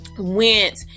went